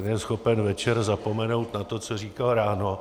Ten je schopen večer zapomenout na to, co říkal ráno.